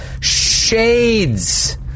shades